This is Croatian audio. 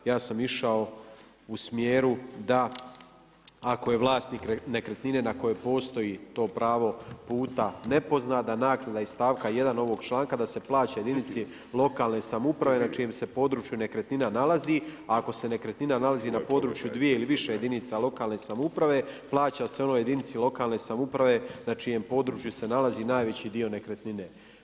Ja sam išao u smjeru da ako je vlasnik nekretnine na kojoj postoji to pravo puta ne pozna da naknada iz stavka 1. ovog članka da se plaća jedinici lokalne samouprave na čijem se području nekretnina nalazi, a ako se nekretnina nalazi na području dvije ili više jedinica lokalne samouprave, plaća se onoj jedinici lokalne samouprave na čijem području se nalazi najveći dio nekretnine.